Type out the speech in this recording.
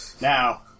Now